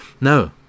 No